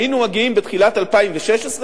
היינו מגיעים בתחילת 2016,